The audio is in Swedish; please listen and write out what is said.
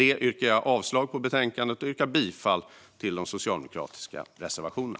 Jag yrkar avslag på förslaget i betänkandet och bifall till de socialdemokratiska reservationerna.